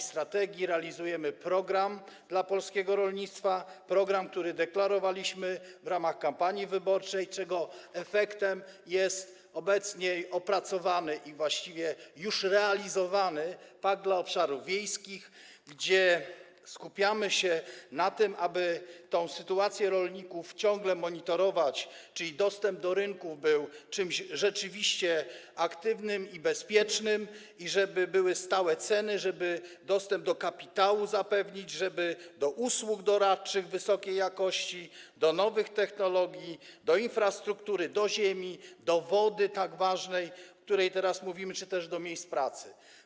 strategii realizujemy program dla polskiego rolnictwa, program, którego opracowanie deklarowaliśmy w ramach kampanii wyborczej, czego efektem jest obecnie opracowany i właściwie już realizowany „Pakt dla obszarów wiejskich”, gdzie skupiamy się na tym, aby tę sytuację rolników ciągle monitorować, czyli żeby dostęp do rynków był czymś rzeczywiście aktywnym i bezpiecznym, żeby były stałe ceny, żeby zapewnić dostęp do kapitału, do wysokiej jakości usług doradczych, do nowych technologii, do infrastruktury, do ziemi, do wody, tak ważnej, o której teraz mówimy, czy też do miejsc pracy.